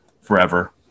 forever